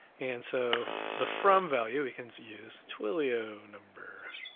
and so the from value we can use twilio number.